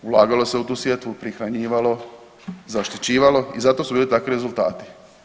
Ulagalo se u tu sjetvu, prihranjivalo, zaštićivalo i zato su bili takvi rezultati.